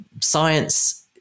Science